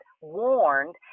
warned